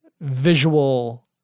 visual